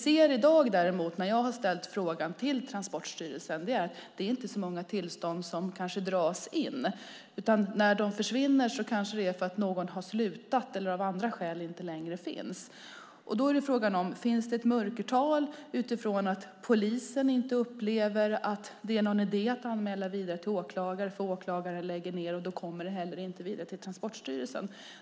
Jag har frågat Transportstyrelsen och fått svaret att det inte är så många tillstånd som dras in, utan när de försvinner kanske det är för att någon har slutat eller av andra skäl inte längre finns kvar i yrkesmässig trafik. Då är frågan om det finns ett mörkertal eftersom polisen inte upplever att det är någon idé att anmäla vidare till åklagare, därför att åklagare lägger ned ärendet och det då inte heller kommer vidare till Transportstyrelsen.